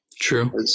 True